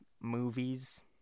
movies